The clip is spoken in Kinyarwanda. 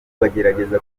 bagerageza